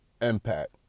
impact